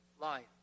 life